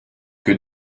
que